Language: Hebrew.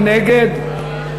מי נגד?